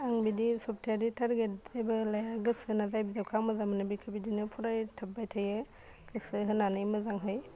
आं बिदि सप्तायारि टारगेट जेबो लाया गोसो होना जाय बिजाबखौ आं मोजां मोनो बेखौ बिदिनो फरायथाब्बाय थायो गोसो होनानै मोजाङै